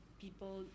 people